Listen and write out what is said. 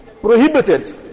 prohibited